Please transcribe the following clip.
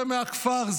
זה מהכפר,